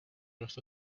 with